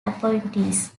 appointees